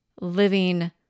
living